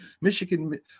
Michigan